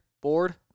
Bored